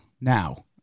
now